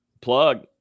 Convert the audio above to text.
Plug